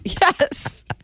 Yes